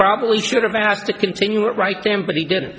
probably should have asked to continue it right then but he didn't